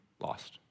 lost